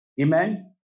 Amen